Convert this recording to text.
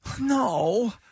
No